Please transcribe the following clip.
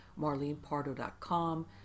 MarlenePardo.com